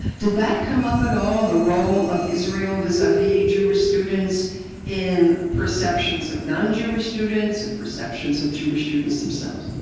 did that come up at all, the role of israel vis-a-vis jewish students in perceptions of non-jewish students and perceptions of jewish students themselves?